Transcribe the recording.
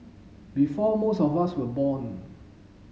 before most of us were born